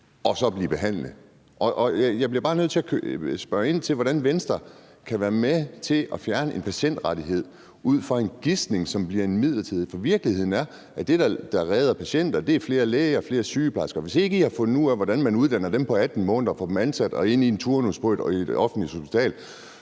og så blive behandlet. Og jeg bliver bare nødt til at spørge ind til, hvordan Venstre kan være med til at fjerne en patientrettighed ud fra en gisning, som bliver noget midlertidigt. For virkeligheden er, at det, der redder patienter, er flere læger og flere sygeplejersker. Og hvis I ikke har fundet ud af, hvordan man uddanner dem på 18 måneder og får dem ansat og ind i en turnus på et offentligt hospital,